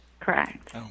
Correct